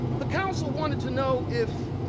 the council wanted to know if